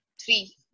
Three